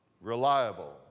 reliable